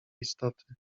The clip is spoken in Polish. istoty